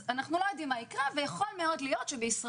אנחנו לא יודעים מה יקרה ויכול להיות שבישראל,